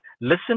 listen